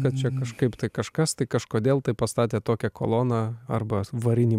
kad čia kažkaip tai kažkas tai kažkodėl tai pastatė tokią koloną arba varinį